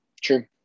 True